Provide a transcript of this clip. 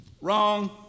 wrong